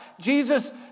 Jesus